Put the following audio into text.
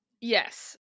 Yes